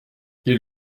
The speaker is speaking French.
ils